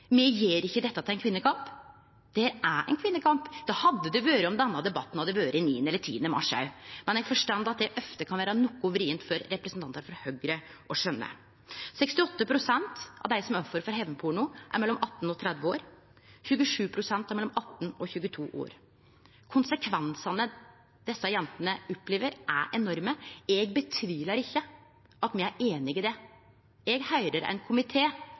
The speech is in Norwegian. me gjer ikkje dette til ein kvinnekamp. Det er ein kvinnekamp. Det hadde det vore om denne debatten hadde vore 9. eller 10. mars òg. Men eg forstår at det ofte kan vere noko vrient for representantar frå Høgre å skjøne. 68 pst. av dei som er offer for hevnporno, er mellom 18 og 30 år, 27 pst. er mellom 18 og 22 år. Konsekvensane desse jentene opplever, er enorme. Eg tviler ikkje på at me er einige om det. Eg høyrer ein